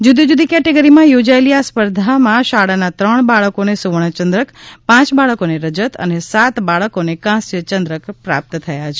જુદી જુદી કેટેગરીમા યોજાયેલી આ સ્પર્ધામા શાળાના ત્રણ બાળકોને સુવર્ણ યંદ્રક પાંચ બાળકોને રજત અને સાત બાળકોને કાંસ્ય ચંદ્રક પ્રાપ્ત થયા છે